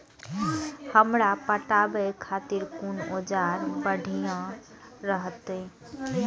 हमरा पटावे खातिर कोन औजार बढ़िया रहते?